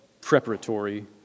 preparatory